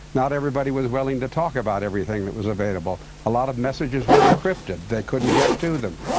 not everybody was willing to talk about everything that was available. a lot of messages were encrypted, they couldn't get to them.